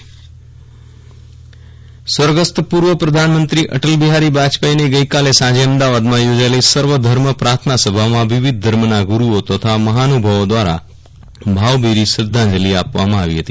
વિરલ રાણા પ્રાથનાસભા અટલજી સ્વર્ગસ્થ પૂ ર્વ પ્રધાનમંત્રી અટલબિહારી વાજપેયીને ગઇકાલે સાંજે અમદાવાદમાં યોજાયેલી સર્વધર્મ પ્રાથનાસભામાં વિવિધ ધર્મના ગુરૂઓ તથા મહાનુ ભાવો દ્વારા ભાવભરી શ્રધ્ધાંજલી આપવામાં આવી હતી